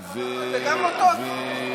חנוך דב מלביצקי.